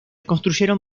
construyeron